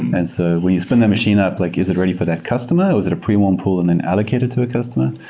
and so when you spin that machine up, like is it ready for that customer or is it a pre-warm pull and then allocated to a customer?